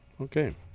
Okay